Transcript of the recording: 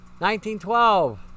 1912